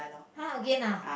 !huh! again ah